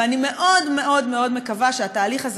ואני מאוד מאוד מאוד מקווה שהתהליך הזה